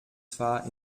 zwar